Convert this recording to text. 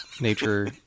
nature